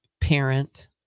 parent